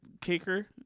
kicker